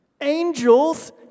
angels